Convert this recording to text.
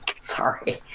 sorry